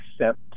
accept